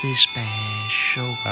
special